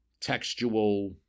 textual